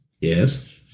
Yes